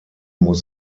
muss